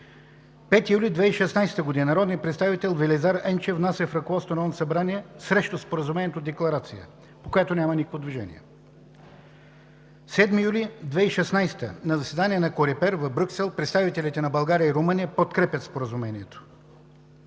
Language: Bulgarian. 5 юли 2016 г. народният представител Велизар Енчев внася в ръководството на Народното събрание срещу Споразумението Декларация, по която няма никакво движение. На 7 юли 2016 г. на заседание на Корепер в Брюксел представителите на България и Румъния подкрепят Споразумението.